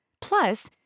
Plus